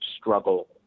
struggle